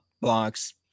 blocks